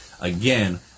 Again